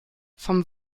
vom